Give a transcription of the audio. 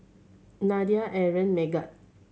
Nadia Aaron Megat